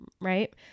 right